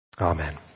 amen